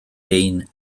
ein